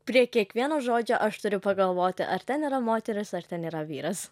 prie kiekvieno žodžio aš turiu pagalvoti ar ten yra moteris ar ten yra vyras